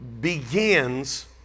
begins